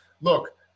look